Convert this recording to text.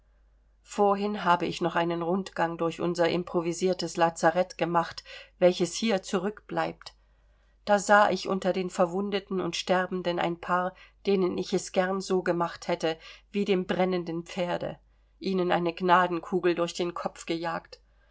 vorhin habe ich noch einen rundgang durch unser improvisiertes lazareth gemacht welches hier zurückbleibt da sah ich unter den verwundeten und sterbenden ein paar denen ich es gern so gemacht hätte wie dem brennenden pferde ihnen eine gnadenkugel durch den kopf gejagt